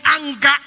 anger